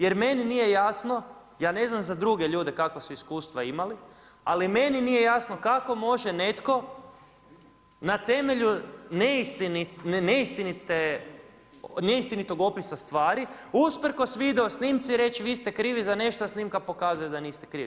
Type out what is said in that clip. Jer meni nije jasno, ja ne znam za druge ljude kakva su iskustva imali, ali meni nije jasno kako može netko na temelju neistinitog opisa stvari usporkos video snimci reći, vi ste krivi za nešto, a snimka pokazuje da niste krivi.